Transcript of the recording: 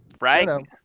Right